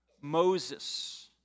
Moses